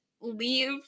leave